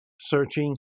searching